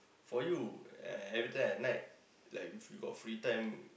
for you e~ every time at night like if you got free time